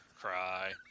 cry